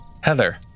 Heather